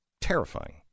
Terrifying